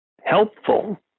helpful